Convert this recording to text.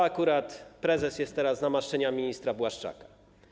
Akurat prezes jest teraz z namaszczenia ministra Błaszczaka.